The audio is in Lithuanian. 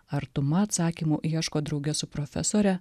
artuma atsakymų ieško drauge su profesore